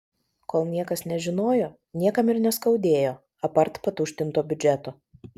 kol niekas nežinojo niekam ir neskaudėjo apart patuštinto biudžeto